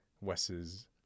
Wes's –